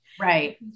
Right